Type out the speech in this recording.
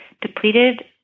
depleted